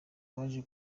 baje